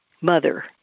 mother